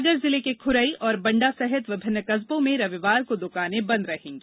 सागर जिले के ख्रई और बण्डा सहित विभिन्न कस्बों में रविवार को दुकाने बंद रहेंगी